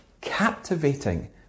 captivating